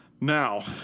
Now